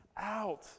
out